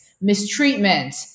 mistreatment